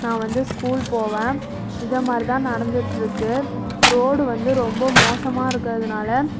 நான் வந்து ஸ்கூல் போவேன் இதை மாதிரிதான் நடந்துட்டு இருக்குது ரோடு வந்து ரொம்ப மோசமாக இருக்கிறதுனால